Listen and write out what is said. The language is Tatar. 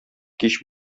кич